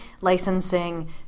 licensing